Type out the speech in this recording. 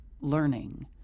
learning